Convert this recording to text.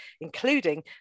including